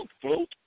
float